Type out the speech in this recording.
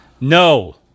No